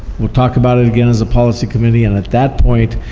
we'll talk about it again as a policy committee, and at that point,